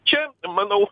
čia manau